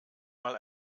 mal